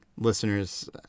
Listeners